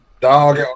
Dog